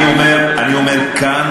אני אומר כאן,